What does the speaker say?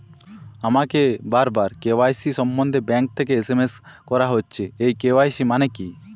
আমাকে বারবার কে.ওয়াই.সি সম্বন্ধে ব্যাংক থেকে এস.এম.এস করা হচ্ছে এই কে.ওয়াই.সি মানে কী?